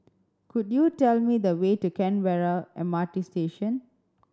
could you tell me the way to Canberra M R T Station